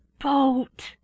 boat